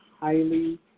highly